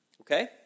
Okay